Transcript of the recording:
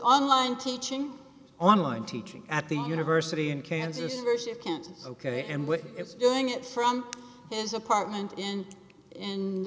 online teaching online teaching at the university in kansas or ship ok and what it's doing it from his apartment in and